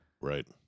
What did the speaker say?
Right